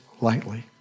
lightly